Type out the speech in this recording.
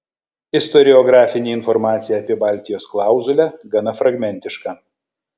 istoriografinė informacija apie baltijos klauzulę gana fragmentiška